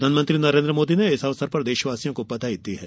प्रधानमंत्री नरेन्द्र मोदी ने इस अवसर पर देशवासियों को बधाई दी है